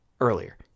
earlier